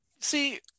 See